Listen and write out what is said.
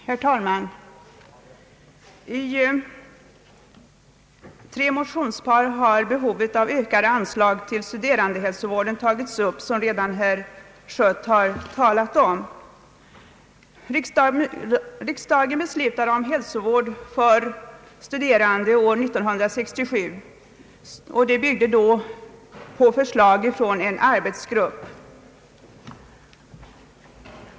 Herr talman! I tre motionspar har behovet av ökade anslag till studerandehälsovården tagits upp, vilket herr Schött redan talat om. Riksdagen beslutade om hälsovård för studerande år 1967 och byggde då på förslag från en arbetsgrupp.